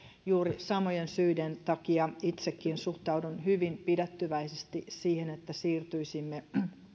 juuri samojen syiden takia itsekin suhtaudun hyvin pidättyväisesti siihen että siirtyisimme